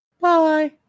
bye